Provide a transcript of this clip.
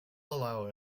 allow